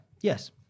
Yes